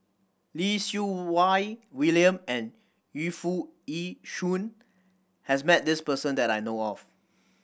Lee Siew Wai William and Yu Foo Yee Shoon has met this person that I know of